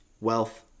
wealth